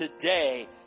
today